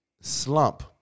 Slump